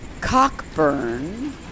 Cockburn